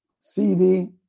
CD